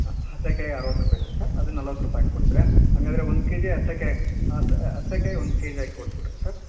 ಹಾಂ ಹಸೆಕಾಯಿ ಅರುವತ್ತು ರೂಪಾಯಿ ಇದೆ ಸರ್ ಅದು ನಲ್ವತ್ತು ರೂಪಾಯಿ ಹಾಕಿ ಕೊಡ್ತೀರಾ ಹಾಗಾದ್ರೆ ಒಂದು ಕೆ ಜಿ ಹಸೆಕಾಯ್ ಅಸೆ ಹಸೆಕಾಯ್ ಒಂದು ಕೆ ಜ್ ಹಾಕಿ ಕೊಟ್ಬಿಡ್ರಿ ಸರ್